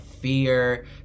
fear